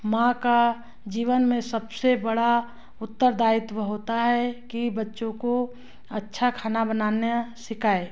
माँ का जीवन में सबसे बड़ा उतरदायित्व होता है कि बच्चों को अच्छा खाना बनाना सिखाए